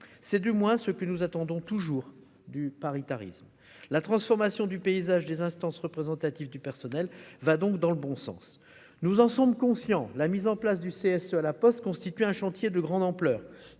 C'est du moins ce que nous attendons toujours du paritarisme. La transformation du paysage des IRP va donc dans le bon sens. Nous sommes conscients que la mise en place de CSE à La Poste constitue un chantier de grande ampleur,